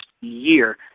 year